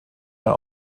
mehr